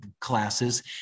classes